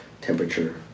temperature